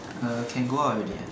uh can go out already lah